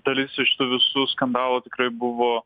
dalis iš tų visų skandalų tikrai buvo